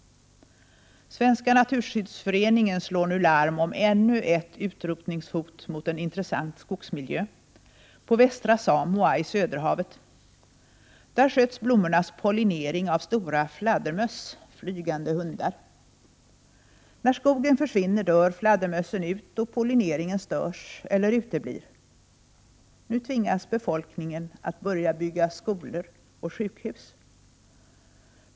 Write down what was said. Svenska naturskyddsföreningen slår nu larm om ännu ett utrotningshot mot en intressant skogsmiljö på västra Samoa i Söderhavet. Där sköts blommornas pollinering av stora fladdermöss, flygande hundar. När skogen försvinner dör fladdermössen ut, och pollineringen störs eller uteblir. Nu tvingas befolkningen att börja bygga skolor och sjukhus.